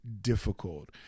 difficult